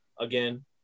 again